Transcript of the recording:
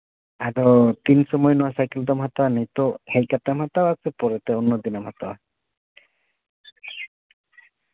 ᱟᱫᱚ ᱛᱤᱱ ᱥᱚᱢᱚᱭ ᱱᱚᱶᱟ ᱥᱟᱭᱠᱮᱞ ᱫᱚᱢ ᱦᱟᱛᱟᱣᱟ ᱱᱤᱛᱳᱜ ᱦᱮᱡ ᱠᱟᱛᱮᱢ ᱦᱟᱛᱟᱣᱟ ᱥᱮ ᱯᱚᱨᱮ ᱛᱮ ᱚᱱᱱᱚ ᱫᱤᱱᱮᱢ ᱦᱟᱛᱟᱣᱟ